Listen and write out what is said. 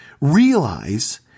realize